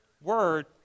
word